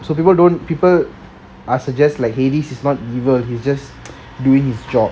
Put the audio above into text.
so people don't people uh suggest like hades is not evil he is just doing his job